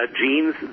genes